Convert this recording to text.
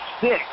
six